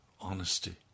honesty